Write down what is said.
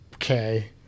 Okay